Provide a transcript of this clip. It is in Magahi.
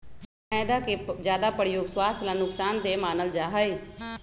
मैद के ज्यादा प्रयोग स्वास्थ्य ला नुकसान देय मानल जाहई